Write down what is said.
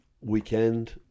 weekend